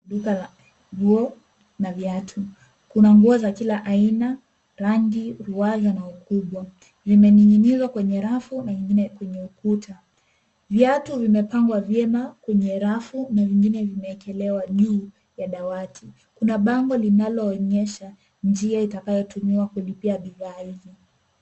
Duka la nguo na viatu. Kuna nguo za kila aina, rangi, ruwaza na ukubwa. Vimening'inizwa kwenye rafu na nyingine kwenye ukuta. Viatu vimepangwa vyema kwenye rafu na vingine vimeekelewa juu ya dawati. Kuna bango linaloonyesha njia itakayotumiwa kulipia bidhaa hizi.